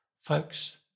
Folks